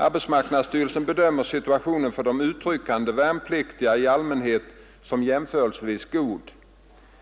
Arbetsmarknadsstyrelsen bedömer situationen för de utryckande värnpliktiga i allmänhet som jämförelsevis god.